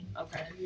Okay